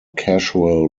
casual